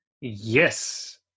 Yes